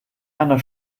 einer